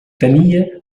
tenia